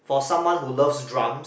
for someone who loves drums